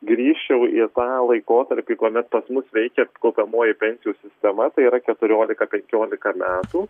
grįžčiau į tą laikotarpį kuomet pas mus veikė kaupiamoji pensijų sistema tai yra keturiolika penkiolika metų